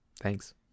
Thanks